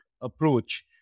approach